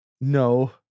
No